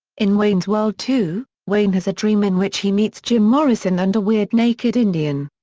in wayne's world two, wayne has a dream in which he meets jim morrison and a weird naked indian.